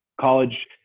college –